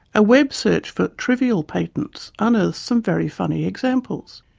a web search for trivial patents unearths some very funny examples.